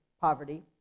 poverty